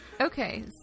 okay